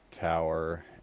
Tower